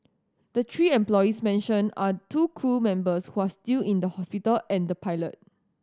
the three employees mentioned are two crew members who are still in the hospital and the pilot